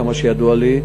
עד כמה שידוע לי,